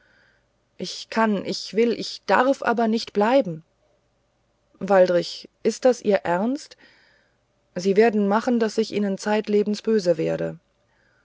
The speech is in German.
ich kann ich will ich darf aber nicht bleiben waldrich ist das ihr ernst sie werden machen daß ich ihnen zeitlebens böse werde